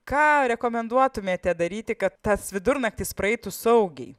ką rekomenduotumėte daryti kad tas vidurnaktis praeitų saugiai